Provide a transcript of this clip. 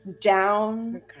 down